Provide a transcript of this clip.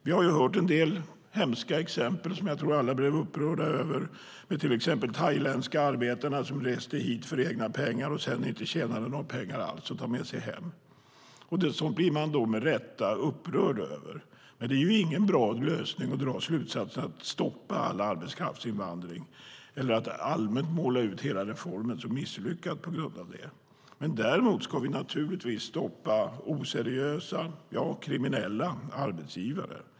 Vi har hört en del hemska exempel som jag tror att alla blev upprörda över, till exempel de thailändska arbetarna som reste hit för egna pengar och sedan inte tjänade några pengar alls att ta med sig hem. Sådant blir man med rätta upprörd över, men det är ju ingen bra lösning att dra slutsatsen att stoppa all arbetskraftsinvandring eller att allmänt måla ut hela reformen som misslyckad på grund av det. Däremot ska vi naturligtvis stoppa oseriösa och kriminella arbetsgivare.